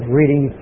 reading